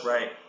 Right